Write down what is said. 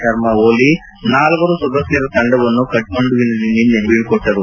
ಶರ್ಮ ಓಲಿ ನಾಲ್ವರು ಸದಸ್ಯರ ತಂಡವನ್ನು ಕರ್ನಂಡುವಿನಲ್ಲಿ ನಿನ್ನೆ ಬೀಳ್ಳೊಟ್ಟರು